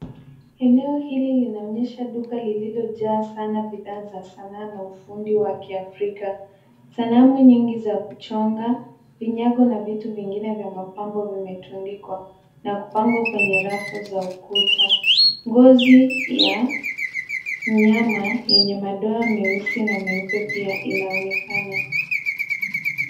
Eneo hili linaonyesha duka lililojaa sana bidhaa za sanaa na ufundi wa Kiafrika. Sanamu nyingi za kuchonga, vinyago na vitu vingine vya mapambo vimetundikwa na kupangwa kwenye rafu za ukuta. Ngozi ya mnyama yenye madoa meusi na meupe pia inaonekana.